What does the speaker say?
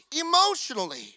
emotionally